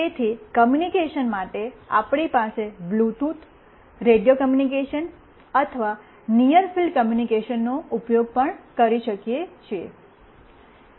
તેથી કૉમ્યૂનિકેશન માટે આપણે બ્લૂટૂથ રેડિયો કમ્યુનિકેશન અથવા નિઅર ફીલ્ડ કમ્યુનિકેશનનો ઉપયોગ પણ કરી શકીએ છીએ